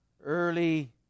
early